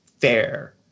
fair